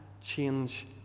change